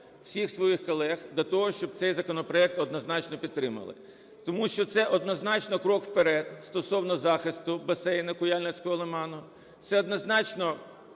всіх своїх колег до того, щоб цей законопроект однозначно підтримали. Тому що це однозначно крок вперед стосовно захисту басейну Куяльницького лиману, це однозначно